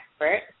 expert